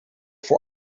voor